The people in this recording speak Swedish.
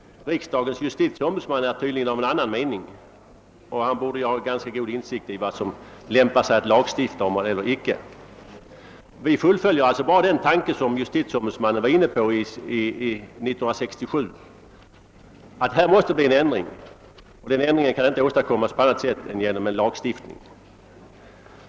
Riksdagens justitieombudsman är tydligen av annan mening, och han borde ändå ha god inblick i vad som lämpar sig eller inte lämpar sig att lagstifta om. Vi fullföljer alltså bara den tanke som justitieombudsmannen var inne på 1967, nämligen att det måste bli en ändring och att denna inte kan genomföras på annat sätt än genom lagstiftning.